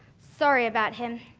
sorry about him.